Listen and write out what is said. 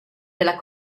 della